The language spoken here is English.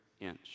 inch